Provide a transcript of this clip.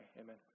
Amen